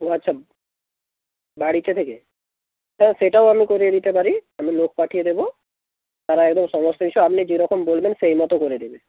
ও আচ্ছা বাড়িতে থেকে তা সেটাও আমি করিয়ে দিতে পারি আমি লোক পাঠিয়ে দেবো তারা একদম সমস্ত কিছু আপনি যেরকম বলবেন সেই মতো করে দেবে